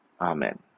Amen